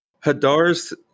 Hadar's